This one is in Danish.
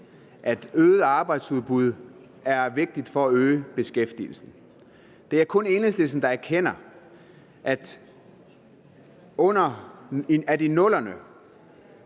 at øget arbejdsudbud er vigtigt for at øge beskæftigelsen. Det er kun Enhedslisten, der ikke anerkender, at i 00'erne,